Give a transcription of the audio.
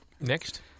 Next